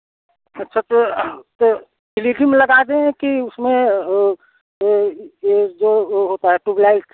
अच्छा तो तो एल ई डी में लगा दें कि उसमें जो वह होता है ट्यूब लाइट